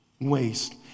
waste